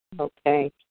Okay